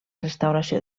restauració